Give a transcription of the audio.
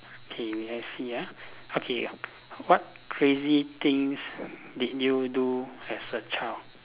okay wait I see ah okay what crazy things did you do as a child